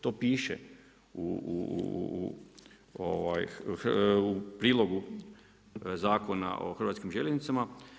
To piše u prilogu Zakona o Hrvatskim željeznicama.